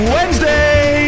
Wednesday